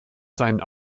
seinen